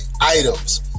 items